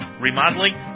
remodeling